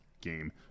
game